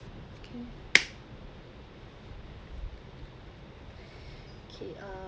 okay uh